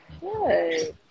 Good